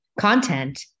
content